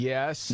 Yes